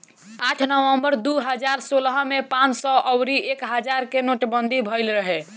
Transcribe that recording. आठ नवंबर दू हजार सोलह में पांच सौ अउरी एक हजार के नोटबंदी भईल रहे